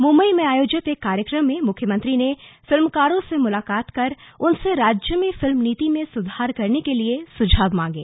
मुंबई में आयोजित एक कार्यक्रम में मुख्यमंत्री ने फिल्मकारों से मुलाकात कर उनसे राज्य में फिल्म नीति में सुधार करने के लिए सुझाव मांगे